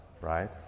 right